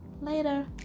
Later